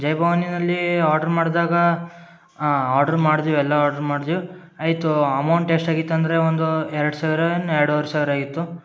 ಜೈ ಭವಾನಿನಲ್ಲಿ ಆರ್ಡ್ರ್ ಮಾಡಿದಾಗ ಆರ್ಡ್ರ್ ಮಾಡ್ದೆವು ಎಲ್ಲ ಆರ್ಡ್ರ್ ಮಾಡ್ದೆವು ಆಯಿತು ಅಮೌಂಟ್ ಎಷ್ಟಾಗಿತ್ತು ಅಂದರೆ ಒಂದು ಎರಡು ಸಾವಿರ ಇನ್ನು ಎರಡುವರೆ ಸಾವಿರ ಆಗಿತ್ತು